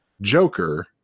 joker